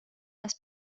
des